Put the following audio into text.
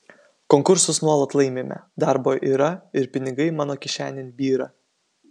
konkursus nuolat laimime darbo yra ir pinigai mano kišenėn byra